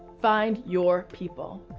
find your people.